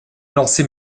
lancer